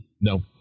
No